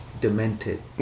demented